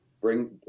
Bring